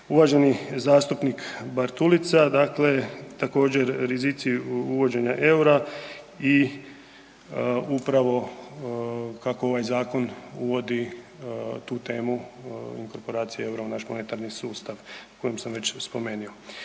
Uvaženi zastupnik Bartulica, dakle također, rizici uvođenja eura i upravo kako ovaj zakon uvodi tu temu, .../Govornik se ne razumije./... eura u naš monetarni sustav koji sam već spomenuo.